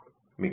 மிக்க நன்றி